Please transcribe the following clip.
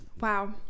Wow